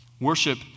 Worship